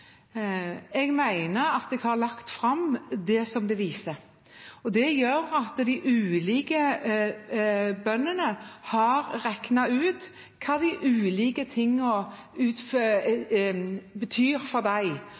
Jeg mener at jeg har lagt fram det som det viser. Det gjør at de ulike bøndene har regnet ut hva de ulike tingene betyr for dem.